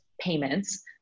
payments